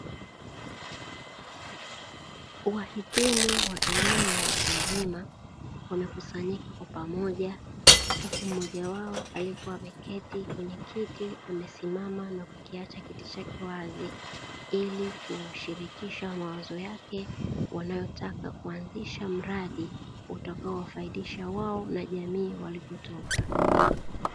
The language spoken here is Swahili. Wahitimu wa elimu ya watu wazima wamekusanyika huku mmoja wao aliyekua ameketi kwenye kiti amesimama na kukiacha kiti chake wazi, ili kushirikisha mawazo yake wanayotaka kuanzisha mradi utakaowafaidisha wao na jamii walikotoka.